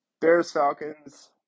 Bears-Falcons